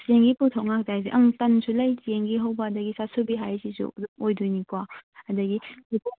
ꯆꯦꯡꯒꯤ ꯄꯣꯊꯣꯛ ꯉꯥꯛꯇ ꯍꯥꯏꯗꯤ ꯑꯪ ꯇꯟꯁꯨ ꯂꯩ ꯆꯦꯡꯒꯤ ꯍꯧꯕ ꯑꯗꯒꯤ ꯆꯥꯁꯨꯕꯤ ꯍꯥꯏꯔꯤꯁꯤꯁꯨ ꯑꯗꯨꯝ ꯑꯣꯏꯗꯣꯏꯅꯤꯀꯣ ꯑꯗꯒꯤ